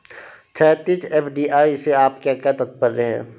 क्षैतिज, एफ.डी.आई से आपका क्या तात्पर्य है?